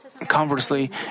Conversely